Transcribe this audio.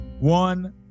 One